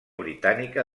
britànica